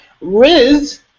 Riz